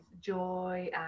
joy